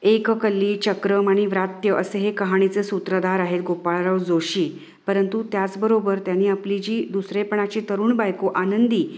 एककल्ली चक्रम आणि व्रात्य असे हे कहाणीचे सूत्रधार आहेत गोपाळाराव जोशी परंतु त्याचबरोबर त्यांनी आपली जी दुसरेपणाची तरुण बायको आनंदी